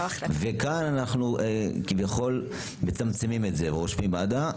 כאן אנחנו מצמצמים את זה רושמים מד"א,